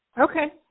Okay